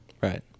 right